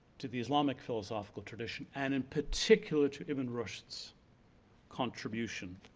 to the islamic philosophical tradition, and and particular to ibn rushd's contribution.